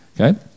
Okay